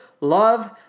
Love